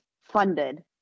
funded